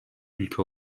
ülke